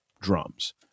drums